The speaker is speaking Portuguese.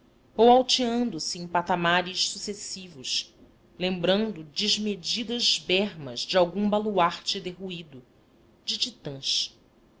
ou alteando se em patamares sucessivos lembrando desmedidas bermas de algum baluarte derruído de titãs